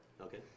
Okay